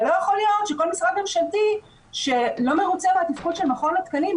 אבל לא יכול להיות שכל משרד ממשלתי שלא מרוצה מהתפקוד של מכון התקנים,